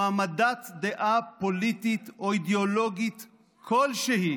הוא העמדת דעה פוליטית או אידיאולוגית כלשהי